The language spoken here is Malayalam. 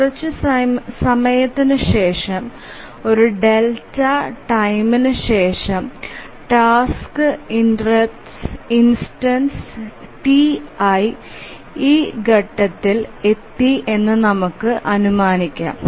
കുറച്ച് സമയത്തിന് ശേഷം ഒരു ഡെൽറ്റ ടൈംന് ശേഷം ടാസ്ക് ഇൻസ്റ്റൻസ് ti ഈ ഘട്ടത്തിൽ എത്തി എന്ന് നമുക്ക് അനുമാനിക്കാം